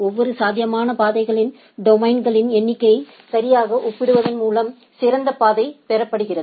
ஒவ்வொரு சாத்தியமான பாதைகளின் டொமைன்களின் எண்ணிக்கையை சரியாக ஒப்பிடுவதன் மூலம் சிறந்த பாதை பெறப்படுகிறது